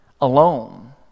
alone